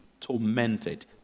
tormented